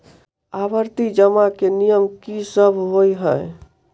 आवर्ती जमा केँ नियम की सब होइ है?